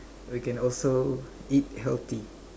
we can also eat healthy